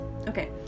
Okay